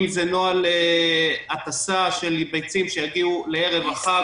אם זה נוהל הטסה של ביצים שיגיעו לערב החג,